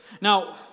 Now